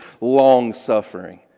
long-suffering